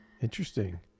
Interesting